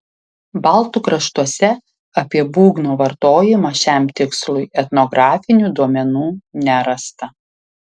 baltų kraštuose apie būgno vartojimą šiam tikslui etnografinių duomenų nerasta